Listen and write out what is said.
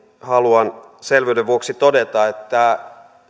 haluan selvyyden vuoksi todeta että